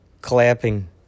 clapping